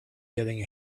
getting